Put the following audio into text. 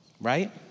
Right